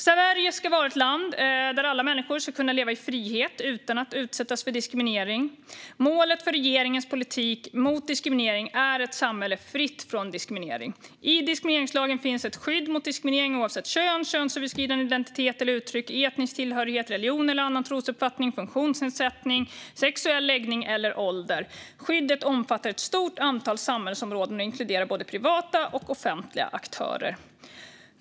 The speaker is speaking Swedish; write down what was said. Sverige ska vara ett land där alla människor ska kunna leva i frihet utan att utsättas för diskriminering. Målet för regeringens politik mot diskriminering är ett samhälle fritt från diskriminering. I diskrimineringslagen finns ett skydd mot diskriminering oavsett kön, könsöverskridande identitet eller uttryck, etnisk tillhörighet, religion eller annan trosuppfattning, funktionsnedsättning, sexuell läggning eller ålder. Skyddet omfattar ett stort antal samhällsområden och inkluderar både privata och offentliga aktörer.